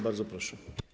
Bardzo proszę.